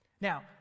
Now